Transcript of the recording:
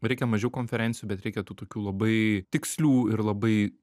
reikia mažiau konferencijų bet reikia tų tokių labai tikslių ir labai